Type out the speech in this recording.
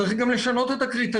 צריך גם לשנות את הקריטריונים.